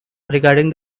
regarding